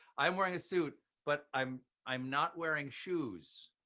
i'm wearing a suit, but i'm i'm not wearing shoes.